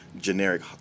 generic